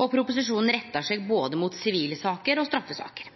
og proposisjonen rettar seg både mot sivile saker og straffesaker.